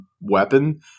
weapon